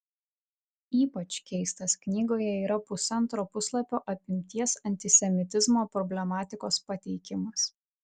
ypač keistas knygoje yra pusantro puslapio apimties antisemitizmo problematikos pateikimas